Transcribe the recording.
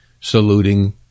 saluting